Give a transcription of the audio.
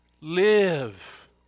Live